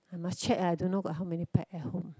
I must check uh I don't know got how many pack at home